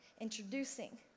introducing